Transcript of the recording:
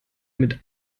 mit